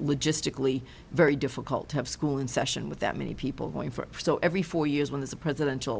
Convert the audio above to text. logistically very difficult to have school in session with that many people going for so every four years when there's a presidential